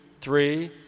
three